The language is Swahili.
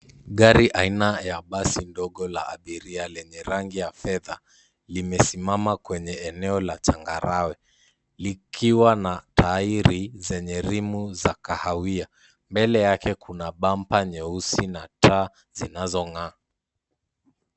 Gari aina ya basi ndogo la abiria lenye rangi ya fedha, limesimama kwenye eneo la changarawe. Likiwa na tairi zenye rimu za kahawia. Mbele yake kuna bampa nyeusi na taa zinazong'aa.